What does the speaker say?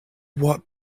what